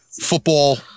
football